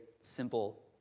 simple